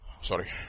Sorry